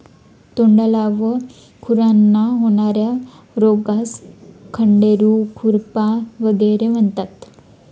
तोंडाला व खुरांना होणार्या रोगास खंडेरू, खुरपा वगैरे म्हणतात